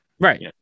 Right